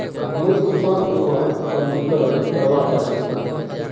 मुई किसान बीमार पंजीकरण करवा जा छि